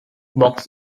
box